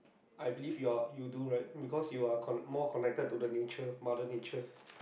I believe your you do right because you are con~ more connected to the nature mother nature